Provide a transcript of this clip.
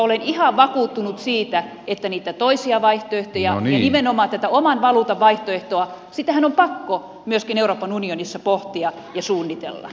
olen ihan vakuuttunut siitä että niitä toisia vaihtoehtoja ja nimenomaan tätä oman valuutan vaihtoehtoahan on pakko myöskin euroopan unionissa pohtia ja suunnitella